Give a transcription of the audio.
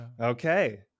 Okay